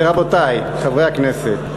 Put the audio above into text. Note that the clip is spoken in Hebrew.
ורבותי חברי הכנסת,